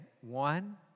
one